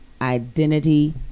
identity